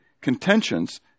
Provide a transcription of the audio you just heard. contentions